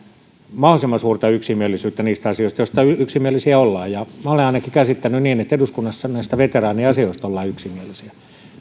mahdollisimman suurta yksimielisyyttä niistä asioista joista yksimielisiä ollaan minä olen ainakin käsittänyt niin että eduskunnassa näistä veteraaniasioista ollaan yksimielisiä tuolla